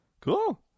cool